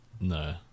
No